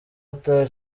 ata